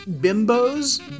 Bimbo's